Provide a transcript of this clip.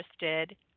interested